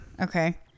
Okay